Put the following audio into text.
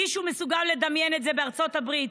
מישהו מסוגל לדמיין את זה בארצות הברית,